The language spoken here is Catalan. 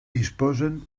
disposen